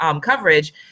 coverage